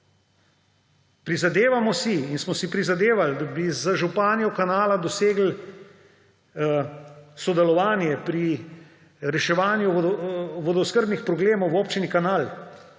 Prizadevamo si in smo si prizadevali, da bi z županjo Kanala dosegli sodelovanje pri reševanju vodooskrbnih problemov v občini Kanal.